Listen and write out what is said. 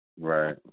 Right